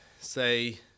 say